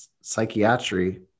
psychiatry